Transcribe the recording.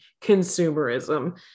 consumerism